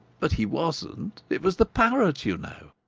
but he wasn't. it was the parrot, you know.